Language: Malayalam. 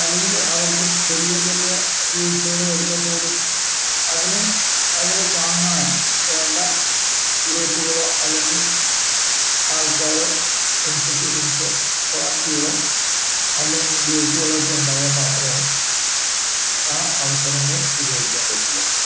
അല്ലെങ്കില് അവർക്ക് ചെറിയ ചെറിയ വീഴ്ച്ചകള് വരുമ്പോൾ പോലും അതിന് അവരെ താങ്ങായും വേണ്ട ഗ്രൂപ്പുകളോ അല്ലെങ്കി ആൾക്കാരോ ഇൻസ്റ്റിട്യുഷാൻസോ പാർട്ടികളോ അല്ലെങ്കിൽ ഗ്രൂപ്പുകളൊക്കെ ഇണ്ടായ മാത്രമേ ആ അവസരങ്ങള് വിനിയോഗിക്കാൻ പാറ്റുളൂ